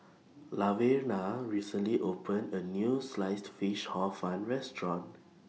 Laverna recently opened A New Sliced Fish Hor Fun Restaurant